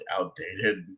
outdated